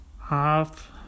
half